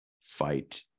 fight